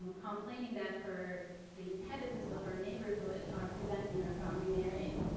complaining that her the inhabitants of her neighborhood are preventing her from remarrying.